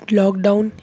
lockdown